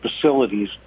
facilities